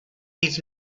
his